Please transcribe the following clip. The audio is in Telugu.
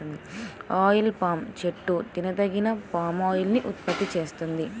ఆయిల్ పామ్ చెట్టు తినదగిన పామాయిల్ ని ఉత్పత్తి చేస్తుంది